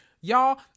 Y'all